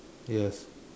yes